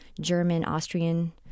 German-Austrian